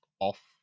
off